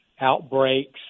outbreaks